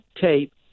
tape